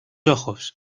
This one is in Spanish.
ojos